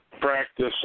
practice